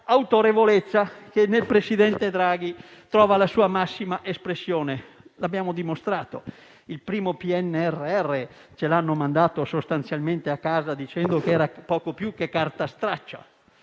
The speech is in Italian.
un'autorevolezza che nel presidente Draghi trova la sua massima espressione. Lo abbiamo dimostrato: il primo PNRR ci è stato mandato sostanzialmente a casa dicendo che era poco più che carta straccia.